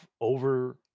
over